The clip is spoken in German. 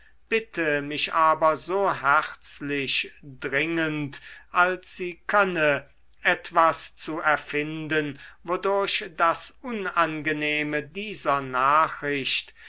bitte mich aber so herzlich dringend als sie könne etwas zu erfinden wodurch das unangenehme dieser nachricht